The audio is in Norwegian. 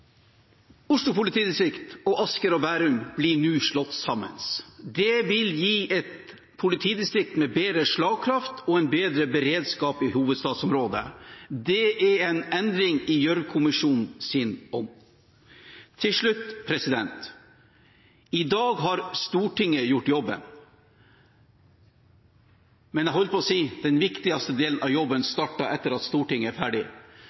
Oslo politidistrikt og Asker og Bærum politidistrikt blir nå slått sammen. Det vil gi et politidistrikt med bedre slagkraft og en bedre beredskap i hovedstadsområdet. Det er en endring i Gjørv-kommisjonens ånd. Til slutt: I dag har Stortinget gjort jobben, men – jeg holdt på å si – den viktigste delen av jobben starter etter at Stortinget er ferdig.